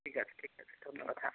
ঠিক ঠিক আছে ধন্যবাদ হ্যাঁ